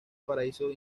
paraíso